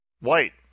White